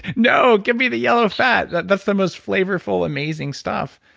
no, give me the yellow fat. that's the most flavorful, amazing stuff.